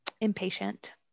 impatient